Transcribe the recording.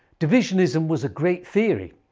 divisionism was a great theory,